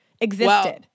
existed